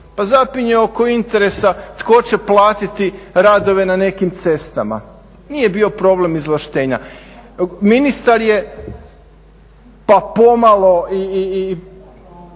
zapinje oko interesa tko će platiti radove na nekim cestama. Nije bio problem izvlaštenja. Ministar je pa pomalo i